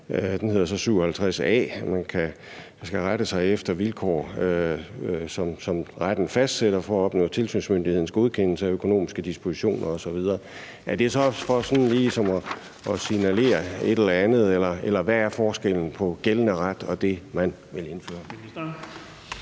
den hedder så 57 a – om, at man skal rette sig efter vilkår, som retten fastsætter, for at opnå tilsynsmyndighedens godkendelse af økonomiske dispositioner osv. Er det så for sådan ligesom at signalere et eller andet, eller hvad er forskellen på gældende ret og det, man vil indføre?